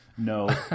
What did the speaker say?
No